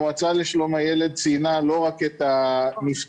המועצה לשלום הילד ציינה לא רק את הנפטרים